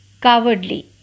cowardly